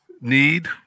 need